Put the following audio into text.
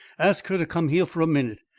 ask her to come here for a minute.